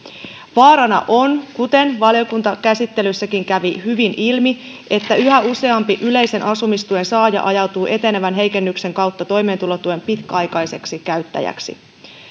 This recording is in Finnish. vaarana on kuten valiokuntakäsittelyssäkin kävi hyvin ilmi että yhä useampi yleisen asumistuen saaja ajautuu etenevän heikennyksen kautta toimeentulotuen pitkäaikaiseksi käyttäjäksi